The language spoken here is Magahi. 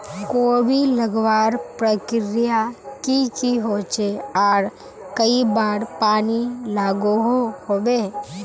कोबी लगवार प्रक्रिया की की होचे आर कई बार पानी लागोहो होबे?